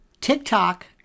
TikTok